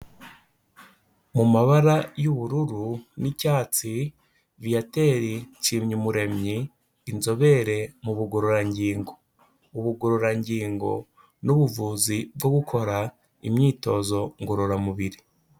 Mu mabara y'ubururu n'icyatsi, Viateur Nshimyumuremyi, inzobere mu bugororangingo. Ubugororangingo n'ubuvuzi bwo gukora imyitozo ngororamubiri.